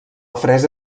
fresa